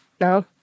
no